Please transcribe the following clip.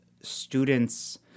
students